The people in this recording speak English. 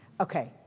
Okay